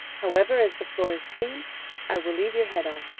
however, as the floor is clean i will leave your head on